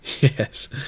Yes